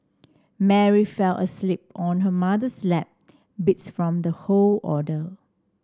Mary fell asleep on her mother's lap beats from the whole ordeal